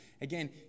Again